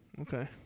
Okay